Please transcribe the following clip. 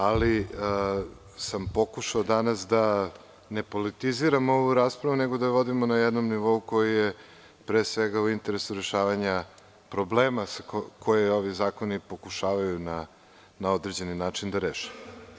Ali, pokušao sam danas da ne politiziram ovu raspravu nego da je vodimo na jednom nivou koji je pre svega u interesu rešavanja problema koje ovi zakoni pokušavaju na određeni način da reše.